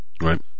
Right